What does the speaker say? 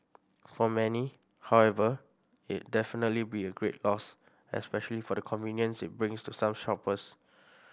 for many however it definitely be a great loss especially for the convenience it brings to some shoppers